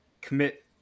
commit